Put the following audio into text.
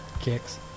kicks